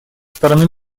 стороны